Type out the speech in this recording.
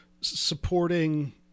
supporting